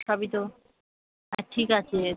সবই তো ঠিক আছে